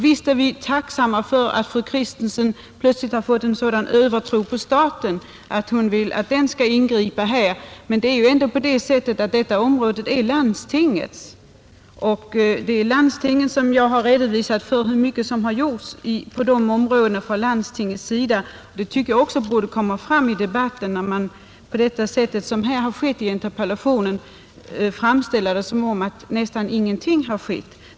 Visst är vi tacksamma för att fru Kristensson plötsligt har fått en sådan övertro på staten att hon vill att den skall ingripa här, men detta område är ändå landstingens. Och det är landstingens insatser som jag har redovisat. Vad landstingen har uträttat på detta område tycker jag att komma till rätta med narkotikaproblemet också borde komma fram i debatten, när man på det sätt som skett i interpellationen framställer det som om nästan ingenting har gjorts.